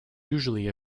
usually